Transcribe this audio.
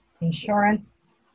insurance